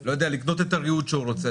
לא יודע לקנות את הריהוט שהוא רוצה,